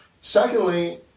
Secondly